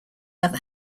other